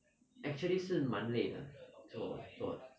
actually 是蛮累的做做